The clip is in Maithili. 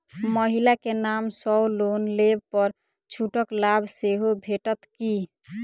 महिला केँ नाम सँ लोन लेबऽ पर छुटक लाभ सेहो भेटत की?